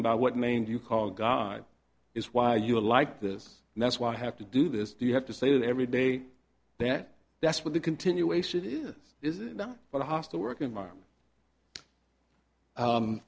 about what name you call guy is why you're like this and that's why i have to do this do you have to say that every day that that's what the continuation is is it not but a hostile work environment